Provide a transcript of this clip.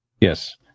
Yes